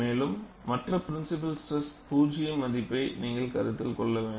மேலும் மற்ற principal stress பூஜ்ஜிய மதிப்பை நீங்கள் கருத்தில் கொள்ள வேண்டும்